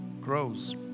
grows